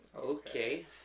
Okay